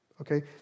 Okay